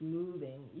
moving